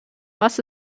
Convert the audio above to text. was